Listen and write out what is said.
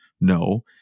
No